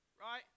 right